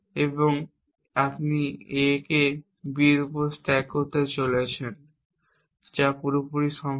এবং আপনি A কে B এর উপর স্ট্যাক করতে চলেছেন যা পুরোপুরি সম্ভব